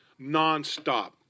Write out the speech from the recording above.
nonstop